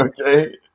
Okay